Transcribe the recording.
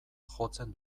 jotzen